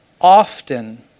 often